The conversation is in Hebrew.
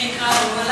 אני אקרא לו.